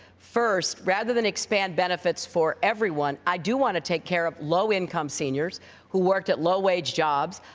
first, rather than expand benefits for everyone, i do want to take care of low-income seniors who worked at low-wage jobs.